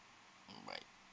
mm right